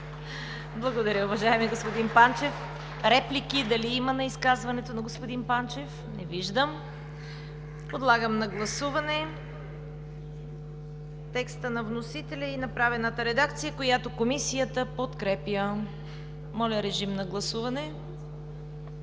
Благодаря, уважаеми господин Панчев. Дали има реплики на изказването на господин Панчев? Не виждам. Подлагам на гласуване текста на вносителя и направената редакция, която Комисията подкрепя. Гласували